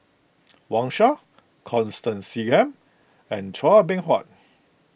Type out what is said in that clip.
Wang Sha Constance Singam and Chua Beng Huat